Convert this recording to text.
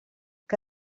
que